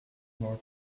more